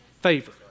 favor